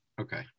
Okay